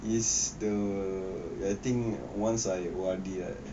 is the I think once I O_R_D right